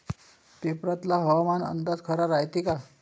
पेपरातला हवामान अंदाज खरा रायते का?